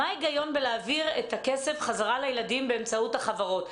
מה ההיגיון להעביר את הכסף לילדים באמצעות החברות?